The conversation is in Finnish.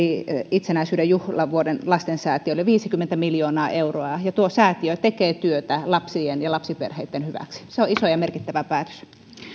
itsenäisyyden juhlavuoden lastensäätiölle viisikymmentä miljoonaa euroa ja tuo säätiö tekee työtä lapsien ja lapsiperheiden hyväksi se on iso ja merkittävä päätös